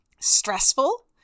stressful